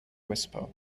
whisper